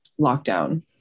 lockdown